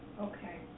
Okay